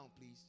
please